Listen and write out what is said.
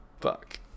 fuck